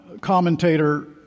commentator